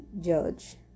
judge